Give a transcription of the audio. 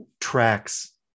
tracks